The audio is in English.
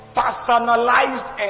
personalized